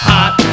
Hot